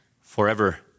forever